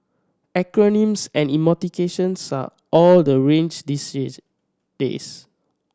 acronyms and emoticons are all the rage these days